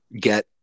get